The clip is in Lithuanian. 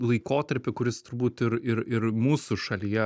laikotarpį kuris turbūt ir ir ir mūsų šalyje